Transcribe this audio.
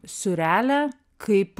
siurrealią kaip